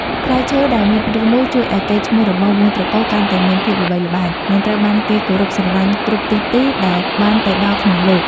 ផ្លែឈើដែលមានរាងមូលជួយឱ្យកេរ្តិ៍ឈ្មោះរបស់វង្សត្រកូលកាន់តែមានភាពល្បីល្បាញ និង ត្រូវបានគេគោរពស្រឡាញ់គ្រប់ទិសទីដែលបានទៅដល់ក្នុងលោក។